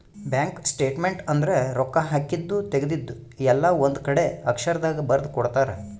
bank statement ಅಂದ್ರ ರೊಕ್ಕ ಹಾಕಿದ್ದು ತೆಗ್ದಿದ್ದು ಎಲ್ಲ ಒಂದ್ ಕಡೆ ಅಕ್ಷರ ದಾಗ ಬರ್ದು ಕೊಡ್ತಾರ